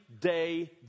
day